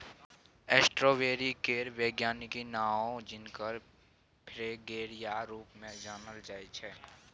strawberry केर बैज्ञानिक नाओ जिनस फ्रेगेरिया रुप मे जानल जाइ छै